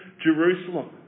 Jerusalem